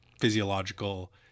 physiological